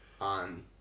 on